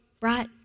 right